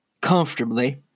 comfortably